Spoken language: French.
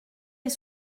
est